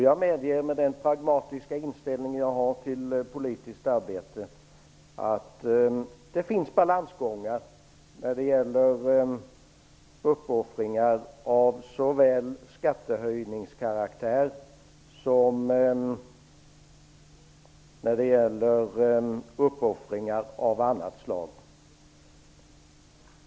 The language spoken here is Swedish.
Jag medger med den pragmatiska inställning som jag har till politiskt arbete att det finns balansgångar när det gäller såväl uppoffringar av skattehöjningskaraktär som uppoffringar av annat slag.